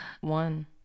one